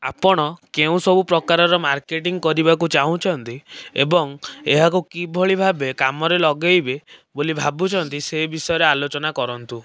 ଆପଣ କେଉଁ ସବୁ ପ୍ରକାରର ମାର୍କେଟିଂ କରିବାକୁ ଚାହୁଁଛନ୍ତି ଏବଂ ଏହାକୁ କିଭଳି ଭାବେ କାମରେ ଲଗେଇବେ ବୋଲି ଭାବୁଛନ୍ତି ସେ ବିଷୟରେ ଆଲୋଚନା କରନ୍ତୁ